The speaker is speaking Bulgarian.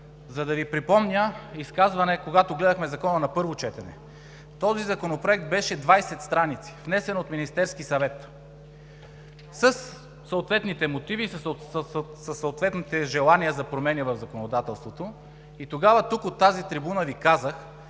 за да Ви припомня изказване, когато гледахме Закона на първо четене. Този законопроект беше 20 страници, внесен от Министерския съвет, със съответните мотиви и съответните желания за промени в законодателството. Тогава тук, от тази трибуна, Ви казах,